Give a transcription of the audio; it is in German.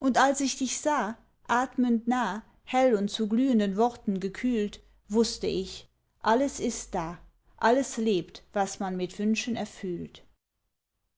und als ich dich sah atmend nah hell und zu glühenden worten gekühlt wußte ich alles ist da alles lebt was man mit wünschen erfühlt